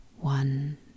one